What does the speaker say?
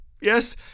Yes